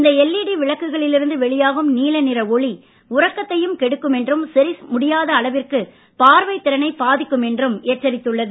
இந்த எல்இடி விளக்குகளில் இருந்து வெளியாகும் நீலநிற ஒளி உறக்கத்தையும் கெடுக்கும் என்றும் சரிசெய்ய முடியாத அளவிற்கு பார்வை திறனை பாதிக்கும் என்றும் எச்சரித்துள்ளது